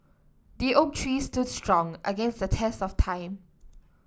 the oak tree stood strong against the test of time